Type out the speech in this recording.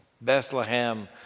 Bethlehem